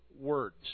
words